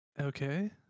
Okay